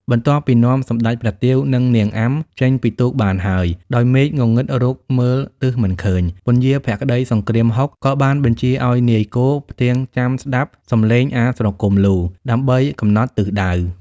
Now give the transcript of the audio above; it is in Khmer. បន្ទាប់ពីនាំសម្តេចព្រះទាវ និងនាងអាំ ចេញពីទូកបានហើយ ដោយមេឃងងឹតរកមើលទិសមិនឃើញ ពញាភក្តីសង្គ្រាមហុក ក៏បានបញ្ជាឲ្យនាយគោផ្ទៀងចាំស្តាប់សំឡេងអាស្រគំលូ ដើម្បីកំណត់ទិសដៅ។